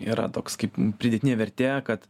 yra toks kaip pridėtinė vertė kad